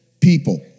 people